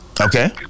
Okay